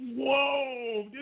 whoa